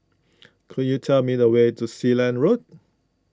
could you tell me the way to Sealand Road